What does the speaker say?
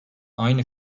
aynı